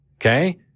okay